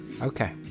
Okay